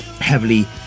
heavily